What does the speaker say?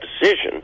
decision